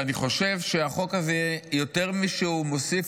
ואני חושב שהחוק הזה יותר משהוא מוסיף,